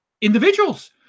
individuals